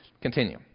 Continue